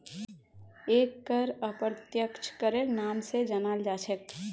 एक कर अप्रत्यक्ष करेर नाम स जानाल जा छेक